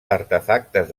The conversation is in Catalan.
artefactes